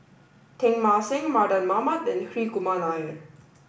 Teng Mah Seng Mardan Mamat and Hri Kumar Nair